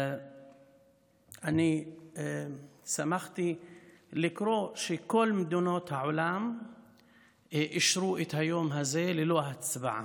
אני שמחתי לקרוא שכל מדינות העולם אישרו את היום הזה ללא הצבעה.